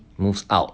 moves out